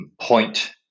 point